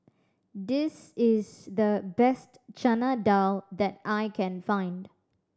this is the best Chana Dal that I can find